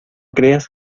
creas